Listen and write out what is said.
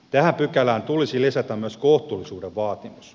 tähän pykälään tulisi lisätä myös kohtuullisuuden vaatimus